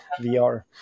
VR